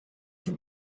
from